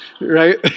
Right